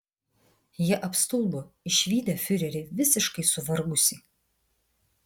jie apstulbo išvydę fiurerį visiškai suvargusį